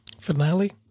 Finale